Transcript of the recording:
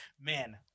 man